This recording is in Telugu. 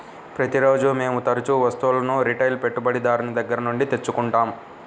ప్రతిరోజూ మేము తరుచూ వస్తువులను రిటైల్ పెట్టుబడిదారుని దగ్గర నుండి తెచ్చుకుంటాం